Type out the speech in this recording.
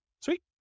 Sweet